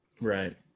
Right